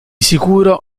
sicuro